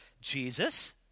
Jesus